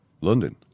London